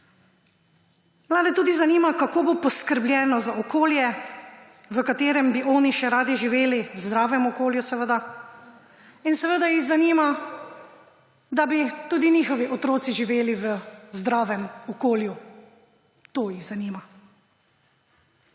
Mlade tudi zanima, kako bo poskrbljeno za okolje, v katerem bi oni še radi živeli, v zdravem okolju seveda. In seveda jih zanima, da bi tudi njihovi otroci živeli v zdravem okolju. To jih zanima.